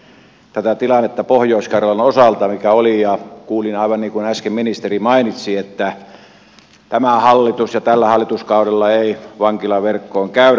kysyin silloin tätä tilannetta pohjois karjalan osalta mikä oli ja kuulin aivan niin kuin äsken ministeri mainitsi että tällä hallituskaudella ei vankilaverkkoon käydä